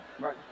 right